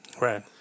Right